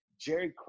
jerry